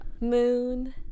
Moon